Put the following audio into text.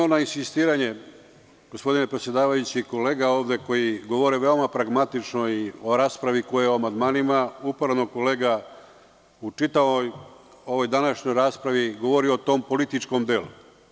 Uporno na insistiranje, gospodine predsedavajući, kolega koji govori veoma pragmatično o raspravi po amandmanima, uporno kolega u čitavoj današnjoj raspravi govori o tom političkom delu.